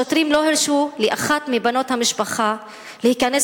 השוטרים לא הרשו לאחת מבנות המשפחה להיכנס